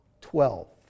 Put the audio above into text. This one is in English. Twelve